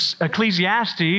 Ecclesiastes